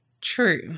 True